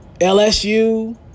LSU